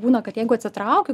būna kad jeigu atsitraukiu